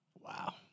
Wow